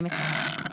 אני מקווה.